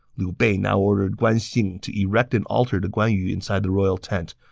liu bei now ordered guan xing to erect an altar to guan yu inside the royal tent.